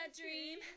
dream